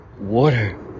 Water